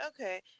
okay